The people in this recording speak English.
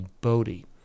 Bodhi